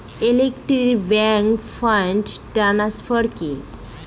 Inter bank fund transfer কি?